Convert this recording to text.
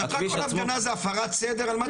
מבחינתך כל הפגנה זה הפרת סדר, על מה אתה מדבר.